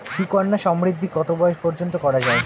সুকন্যা সমৃদ্ধী কত বয়স পর্যন্ত করা যায়?